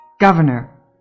Governor